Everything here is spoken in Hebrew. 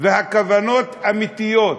והכוונות אמיתיות,